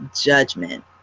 judgment